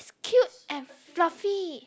cute and fluffy